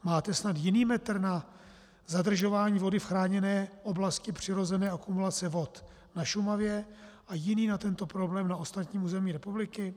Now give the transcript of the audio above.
Máte snad jiný metr na zadržování vody v chráněné oblasti přirozené akumulace vod na Šumavě a jiný na tento problém na ostatním území republiky?